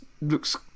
looks